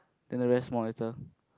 then the rest small letter